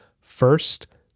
first